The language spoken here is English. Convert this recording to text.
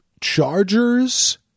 Chargers